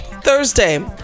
Thursday